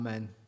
Amen